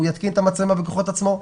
הוא יתקן את המצלמה בכוחות עצמו.